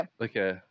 Okay